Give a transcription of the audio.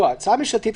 ההצעה הממשלתית,